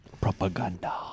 Propaganda